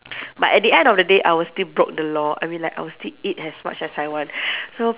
but at the end of the day I will still broke the law I mean like I will still eat as much as I want so